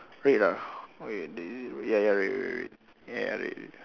red ah okay ya ya red red red ya red